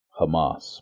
Hamas